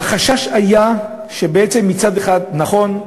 החשש היה שבעצם, מצד אחד, נכון,